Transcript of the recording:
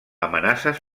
amenaces